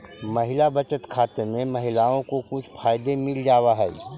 महिला बचत खाते में महिलाओं को कुछ फायदे मिल जावा हई